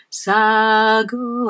sago